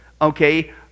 okay